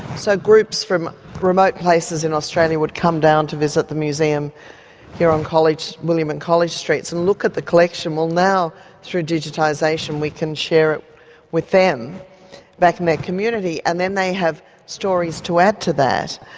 so groups from remote places in australia would come down to the visit the museum here on college street william and college streets and look at the collection well now through digitisation, we can share it with them back in their community, and then they have stories to add to that,